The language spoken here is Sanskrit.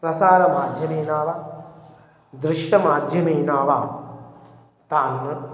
प्रसारमाध्यमेना वा दृश्यमाध्यमेना वा तान्